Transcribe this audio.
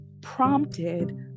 prompted